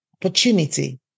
opportunity